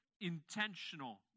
intentional